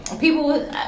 People